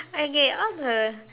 I get all the